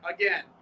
again